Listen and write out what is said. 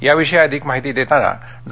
याविषयी अधिक माहिती देताना डॉ